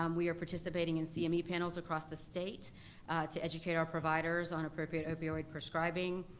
um we are participating in cme panels across the state to educate our providers on appropriate opioid prescribing.